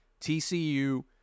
TCU